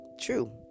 true